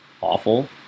awful